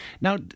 Now